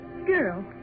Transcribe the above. girl